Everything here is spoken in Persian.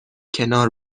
کنار